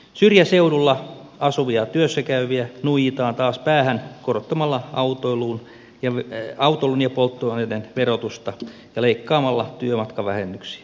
syrjäseudulla asuvia työssä käyviä nuijitaan taas päähän korottamal la autoilun ja polttoaineiden verotusta ja leik kaamalla työmatkavähennyksiä